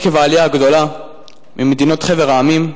עקב העלייה הגדולה מחבר המדינות,